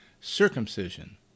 circumcision